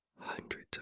Hundreds